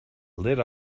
lit